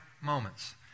moments